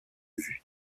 vues